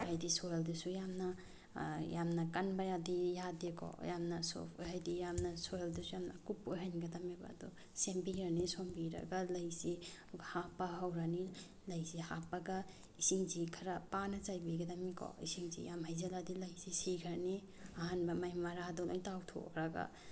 ꯍꯥꯏꯗꯤ ꯁꯣꯏꯜꯗꯨꯁꯨ ꯌꯥꯝꯅ ꯌꯥꯝꯅ ꯀꯅꯕ ꯌꯥꯗꯦ ꯌꯥꯗꯦꯀꯣ ꯌꯥꯝꯅ ꯁꯣꯐ ꯍꯥꯏꯗꯤ ꯌꯥꯝꯅ ꯁꯣꯏꯜꯗꯨꯁꯨ ꯌꯥꯝꯅ ꯀꯨꯞꯄ ꯑꯣꯏꯍꯟꯒꯗꯕꯅꯦꯕ ꯑꯗꯣ ꯁꯦꯝꯕꯤꯔꯅꯤ ꯁꯣꯝꯕꯤꯔꯒ ꯂꯩꯁꯤ ꯍꯥꯞꯄ ꯍꯧꯔꯅꯤ ꯂꯩꯁꯤ ꯍꯥꯞꯄꯒ ꯏꯁꯤꯡꯁꯤ ꯈꯔ ꯄꯥꯅ ꯆꯥꯏꯕꯤꯒꯗꯕꯅꯤꯀꯣ ꯏꯁꯤꯡꯁꯤ ꯌꯥꯝ ꯍꯩꯖꯤꯜꯂꯗꯤ ꯂꯩꯁꯤ ꯁꯤꯈ꯭ꯔꯅꯤ ꯑꯍꯥꯟꯕ ꯃꯥꯒꯤ ꯃꯔꯥꯗꯣ ꯂꯣꯏꯅ ꯇꯥꯎꯊꯣꯛꯈ꯭ꯔꯒ